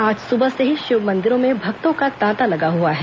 आज सुबह से शिव मंदिरों में भक्तों का तांता लगा हुआ है